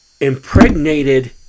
impregnated